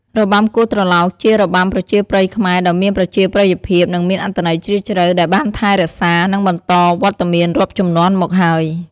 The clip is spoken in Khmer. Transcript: របាំគោះត្រឡោក ជារបាំប្រជាប្រិយខ្មែរដ៏មានប្រជាប្រិយភាព និងមានអត្ថន័យជ្រាលជ្រៅ ដែលបានថែរក្សា និងបន្តវត្តមានរាប់ជំនាន់មកហើយ។